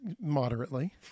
Moderately